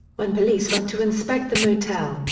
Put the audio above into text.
when police went to inspect the motel,